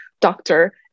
doctor